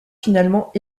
finalement